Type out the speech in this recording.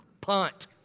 punt